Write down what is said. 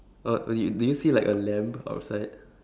uh do y~ do you see like a lamb outside